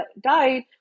died